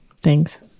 Thanks